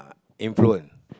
influent